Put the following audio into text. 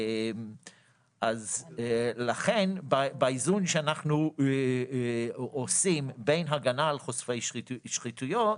אז לכן באיזון שאנחנו עושים בין הגנה על חושפי שחיתויות